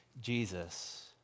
Jesus